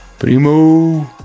Primo